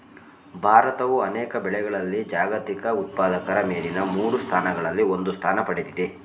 ಭಾರತವು ಅನೇಕ ಬೆಳೆಗಳಲ್ಲಿ ಜಾಗತಿಕ ಉತ್ಪಾದಕರ ಮೇಲಿನ ಮೂರು ಸ್ಥಾನಗಳಲ್ಲಿ ಒಂದು ಸ್ಥಾನ ಪಡೆದಿದೆ